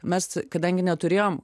mes kadangi neturėjom